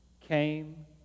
came